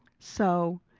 so.